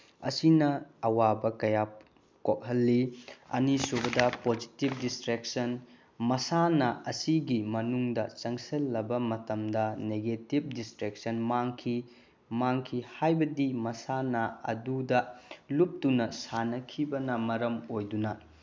ꯑꯁꯤꯅ ꯑꯋꯥꯕ ꯀꯌꯥ ꯀꯣꯛꯍꯜꯂꯤ ꯑꯅꯤꯁꯨꯕꯗ ꯄꯣꯖꯤꯇꯤꯞ ꯗꯤꯁꯇ꯭ꯔꯦꯛꯁꯟ ꯃꯁꯥꯟꯅ ꯑꯁꯤꯒꯤ ꯃꯅꯨꯡꯗ ꯆꯪꯁꯤꯜꯂꯕ ꯃꯇꯝꯗ ꯅꯦꯒꯦꯇꯤꯞ ꯗꯤꯁꯇ꯭ꯔꯦꯛꯁꯟ ꯃꯥꯡꯈꯤ ꯃꯥꯡꯈꯤ ꯍꯥꯏꯕꯗꯤ ꯃꯁꯥꯟꯅ ꯑꯗꯨꯗ ꯂꯨꯞꯇꯨꯅ ꯁꯥꯟꯅꯈꯤꯕꯅ ꯃꯔꯝ ꯑꯣꯏꯗꯨꯅ